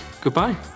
Goodbye